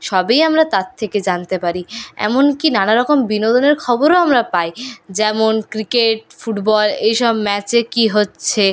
সবই আমরা তার থেকে জানতে পারি এমন কী নানারকম বিনোদনের খবরও আমরা পাই যেমন ক্রিকেট ফুটবল এই সব ম্যাচে কী হচ্ছে